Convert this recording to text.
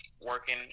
working –